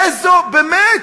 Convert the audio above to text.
איזו, באמת,